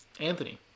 Anthony